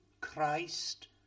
Christ